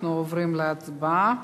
אנחנו עוברים להצבעה.